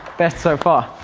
best so far!